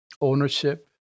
ownership